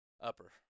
Upper